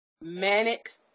Manic